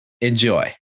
Enjoy